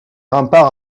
remparts